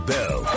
Bell